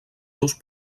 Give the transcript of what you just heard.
seus